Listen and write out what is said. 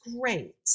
great